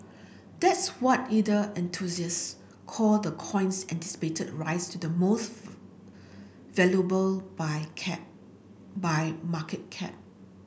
that's what either enthusiast call the coin's anticipated rise to the most valuable by cap by market cap